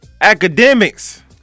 Academics